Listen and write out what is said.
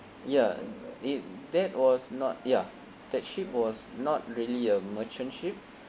ya it that was not ya that ship was not really a merchant ship